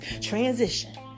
Transition